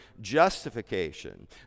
justification